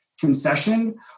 concession